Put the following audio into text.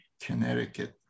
Connecticut